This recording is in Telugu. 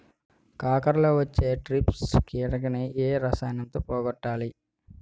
కాకరలో వచ్చే ట్రిప్స్ కిటకని ఏ రసాయనంతో పోగొట్టాలి?